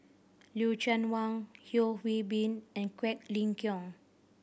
Lucien Wang Yeo Hwee Bin and Quek Ling Kiong